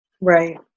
Right